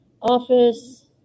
office